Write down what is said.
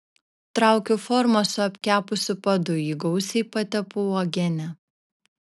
traukiu formą su apkepusiu padu jį gausiai patepu uogiene